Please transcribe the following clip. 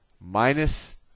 minus